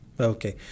Okay